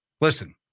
Listen